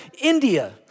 India